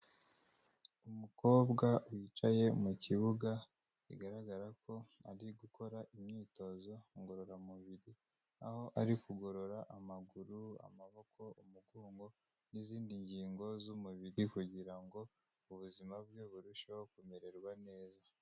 Umukobwa wicaye mu kibuga, bigaragara ko ari gukora imyitozo ngororamubiri, aho ari kugorora amaguru, amaboko, umugongo n'izindi ngingo z'umubiri, kugira ngo ubuzima bwe burusheho kumererwa neza.